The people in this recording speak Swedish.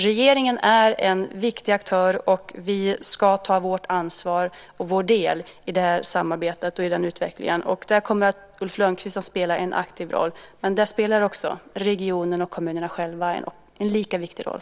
Regeringen är en viktig aktör, och vi ska ta vår del av ansvaret i det här samarbetet och i den utvecklingen. Här kommer Ulf Lönnquist att spela en aktiv roll. Även regionen och kommunerna själva spelar en viktig roll.